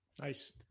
Nice